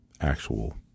actual